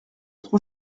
trop